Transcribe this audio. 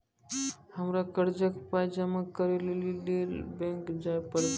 हमरा कर्जक पाय जमा करै लेली लेल बैंक जाए परतै?